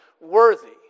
worthy